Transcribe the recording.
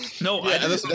No